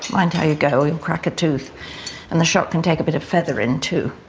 i tell you go in cracker tooth and the shot can take a bit of feather into